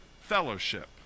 fellowship